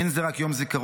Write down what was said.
אין זה רק יום זיכרון,